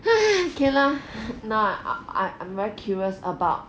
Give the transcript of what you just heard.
okay lah now I'm very curious about